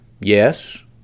Yes